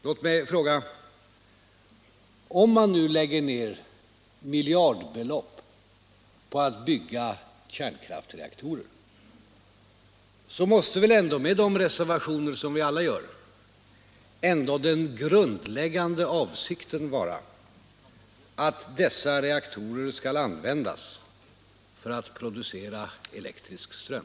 Låt mig fråga: Om man lägger ned miljardbelopp på att bygga kärnkraftsreaktorer måste väl ändå, med de reservationer vi alla gör, den grundläggande avsikten vara att dessa reaktorer skall användas för att producera elektrisk ström?